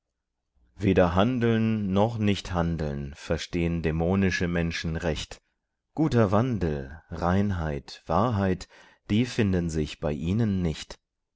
weder handeln noch nichthandeln verstehn dämonische menschen recht guter wandel reinheit wahrheit die finden sich bei ihnen nicht